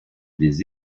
des